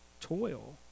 toil